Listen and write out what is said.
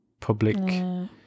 public